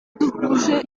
duhuje